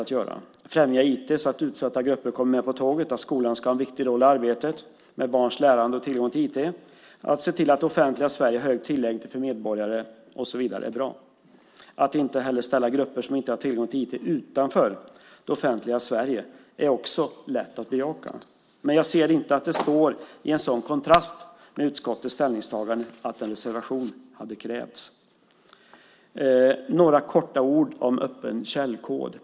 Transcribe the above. Att man ska främja IT så att utsatta grupper kommer med på tåget, att skolan ska ha en viktig roll i arbetet med barns lärande och tillgång till IT, att se till att det offentliga Sverige har hög tillgänglighet för medborgarna och så vidare är bra. Att heller inte de grupper som inte har tillgång till IT ska ställas utanför det offentliga Sverige är också lätt att bejaka. Men jag ser inte att detta står i sådan kontrast mot utskottets ställningstagande att en reservation hade krävts. Jag ska säga några korta ord om detta med öppen källkod.